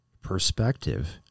perspective